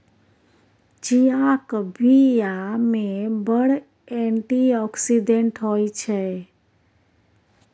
चीयाक बीया मे बड़ एंटी आक्सिडेंट होइ छै